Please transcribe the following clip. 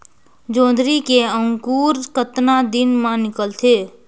जोंदरी के अंकुर कतना दिन मां निकलथे?